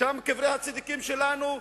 שם קברי הצדיקים שלנו,